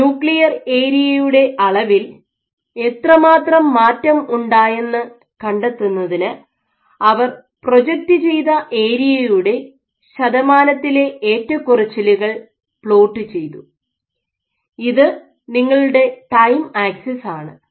nuclear ഏരിയയുടെ അളവിൽ എത്രമാത്രം മാറ്റം ഉണ്ടായെന്ന് കണ്ടെത്തുന്നതിന് അവർ പ്രൊജക്റ്റ് ചെയ്ത ഏരിയയുടെ ശതമാനത്തിലെ ഏറ്റക്കുറച്ചിലുകൾ പ്ലോട്ട് ചെയ്തു ഇത് നിങ്ങളുടെ ടൈം ആക്സിസ് ആണ്